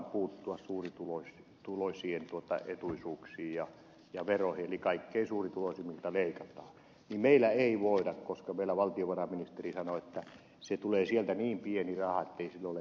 siellähän uskalletaan puuttua suurituloisien etuisuuksiin ja veroihin eli kaikkein suurituloisimmilta leikataan mutta meillä ei voida koska meillä valtiovarainministeri sanoo että sieltä tulee niin pieni raha ettei sillä ole merkitystä